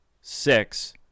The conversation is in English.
six